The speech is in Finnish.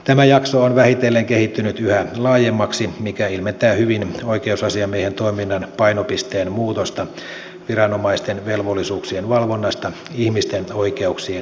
tämä jakso on vähitellen kehittynyt yhä laajemmaksi mikä ilmentää hyvin oikeusasiamiehen toiminnan painopisteen muutosta viranomaisten velvollisuuksien valvonnasta ihmisten oikeuksien edistämisen suuntaan